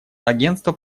агентство